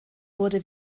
wurde